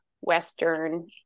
western